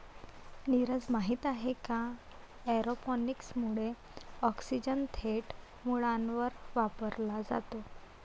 नीरज, माहित आहे का एरोपोनिक्स मुळे ऑक्सिजन थेट मुळांवर वापरला जातो